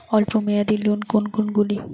অল্প মেয়াদি লোন কোন কোনগুলি?